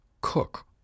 cook